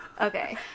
okay